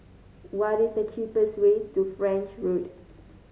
what is the cheapest way to French Road